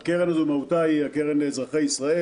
מהותה של הקרן הזאת הוא הקרן לאזרחי ישראל,